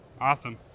Awesome